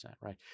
right